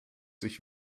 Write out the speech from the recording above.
sich